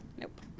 Nope